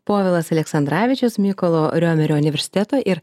povilas aleksandravičius mykolo riomerio universiteto ir